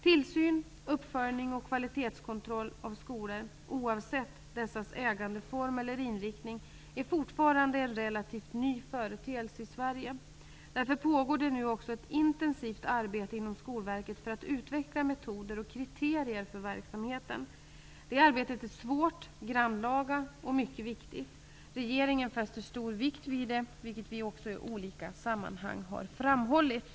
Tillsyn, uppföljning och kvalitetskontroll av skolor -- oavsett dessas ägandeform eller inriktning -- är fortfarande en relativt ny företeelse i Sverige. Därför pågår det nu också ett intensivt arbete inom Skolverket för att utveckla metoder och kriterier för verksamheten. Det arbetet är svårt, grannlaga och mycket viktigt. Regeringen fäster stor vikt vid det, vilket vi också i olika sammanhang har framhållit.